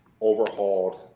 overhauled